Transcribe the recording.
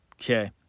okay